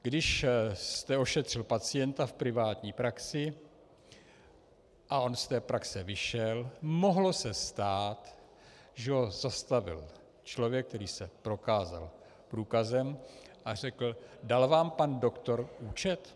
Když jste ošetřil pacienta v privátní praxi a on z té praxe vyšel, mohlo se stát, že ho zastavil člověk, který se prokázal průkazem a řekl: Dal vám pan doktor účet?